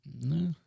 No